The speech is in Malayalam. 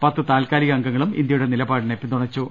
പത്ത് താല്ക്കാലിക അംഗങ്ങളും ഇന്ത്യയുടെ നിലപാടിനെ പിന്തുണച്ചു